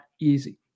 easy